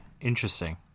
interesting